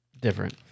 different